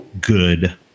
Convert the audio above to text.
good